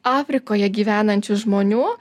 afrikoje gyvenančių žmonių